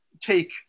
take